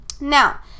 now